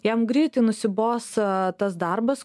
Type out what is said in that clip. jam greitai nusibos tas darbas